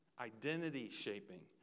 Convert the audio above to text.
identity-shaping